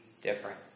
different